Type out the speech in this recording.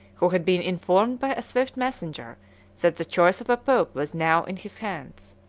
who had been informed by a swift messenger that the choice of a pope was now in his hands.